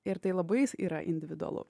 ir tai labai yra individualu